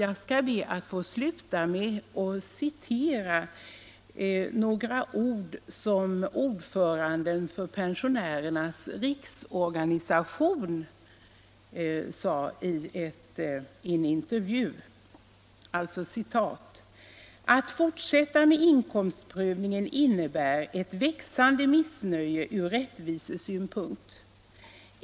Jag skall be att få sluta mitt anförande med att citera några ord som ordföranden för Pensionärernas riksorganisation uttalat i organisationens tidning: ”Att fortsätta med inkomstprövningen innebär ett växande missnöje ur rättvisesynpunkt.